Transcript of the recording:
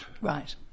Right